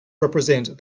represent